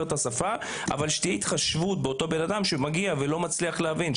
אבל שתהיה התחשבות באותו בן אדם שמגיע ולא מצליח להבין.